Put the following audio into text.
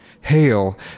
Hail